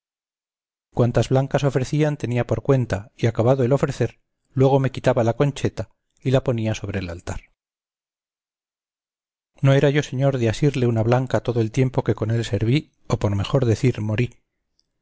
cuantas blancas ofrecían tenía por cuenta y acabado el ofrecer luego me quitaba la concheta y la ponía sobre el altar no era yo señor de asirle una blanca todo el tiempo que con él veví o por mejor decir morí